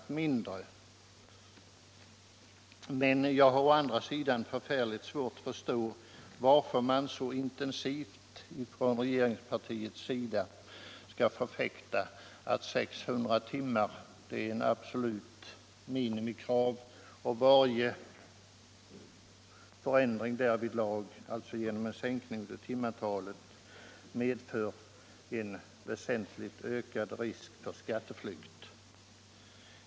Men jag har å andra sidan svårt att förstå varför man så intensivt från regeringspartiets sida förfäktar åsikten att just 600 timmar är ett absolut — Nr 76 minimikrav och att varje sänkning av timantalet medför en väsentligt ökad risk för skatteflykt.